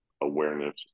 awareness